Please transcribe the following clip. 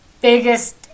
biggest